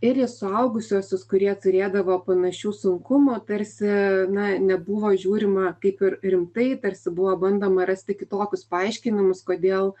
ir į suaugusiuosius kurie turėdavo panašių sunkumų tarsi na nebuvo žiūrima kaip ir rimtai tarsi buvo bandoma rasti kitokius paaiškinimus kodėl